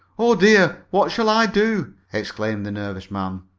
oh, dear! what shall i do? exclaimed the nervous man.